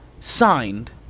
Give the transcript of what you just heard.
signed